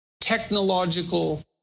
technological